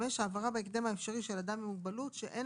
(5)העברה בהקדם האפשרי של אדם עם מוגבלות שאין